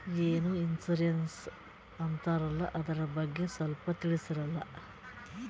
ಏನೋ ಇನ್ಸೂರೆನ್ಸ್ ಅಂತಾರಲ್ಲ, ಅದರ ಬಗ್ಗೆ ಸ್ವಲ್ಪ ತಿಳಿಸರಲಾ?